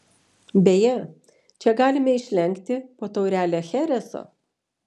beje čia galime išlenkti po taurę chereso